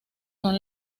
son